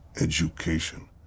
education